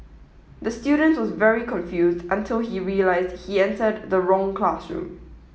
the student was very confused until he realize he entered the wrong classroom